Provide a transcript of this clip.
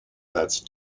that’s